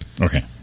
Okay